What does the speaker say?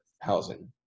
housing